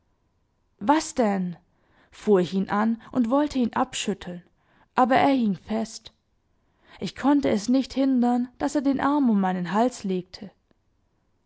was denn fuhr ich ihn an und wollte ihn abschütteln aber er hing fest ich konnte es nicht hindern daß er den arm um meinen hals legte